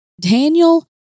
Daniel